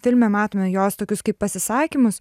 filme matome jos tokius kaip pasisakymus